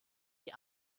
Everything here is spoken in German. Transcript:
die